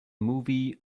movie